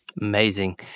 Amazing